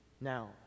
now